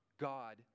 God